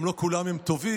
גם לא כולם הם טובים.